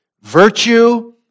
Virtue